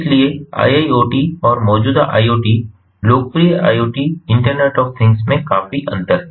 इसलिए IIoT और मौजूदा IoT लोकप्रिय IoT इंटरनेट ऑफ़ थिंग्स में काफी अंतर है